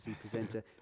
presenter